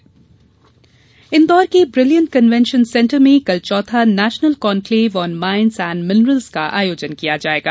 Indore conclave Indore के brilliant convention centre में कल चौथा national conclave on mines and minerals का आयोजन किया जायेगा